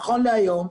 נכון להיום,